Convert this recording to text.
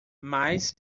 mas